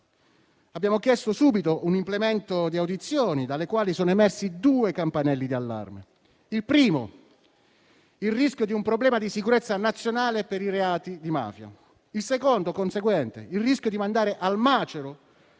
Abbiamo chiesto subito un implemento di audizioni, dalle quali sono emersi due campanelli d'allarme. Il primo è il rischio di un problema di sicurezza nazionale per i reati di mafia; il secondo, conseguente, è il rischio di mandare al macero